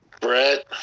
brett